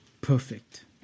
perfect